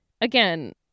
again